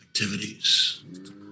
activities